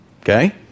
okay